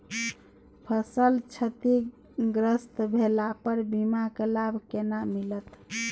फसल क्षतिग्रस्त भेला पर बीमा के लाभ केना मिलत?